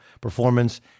performance